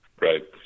Right